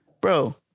bro